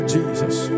Jesus